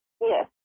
Yes